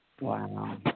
Wow